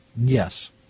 Yes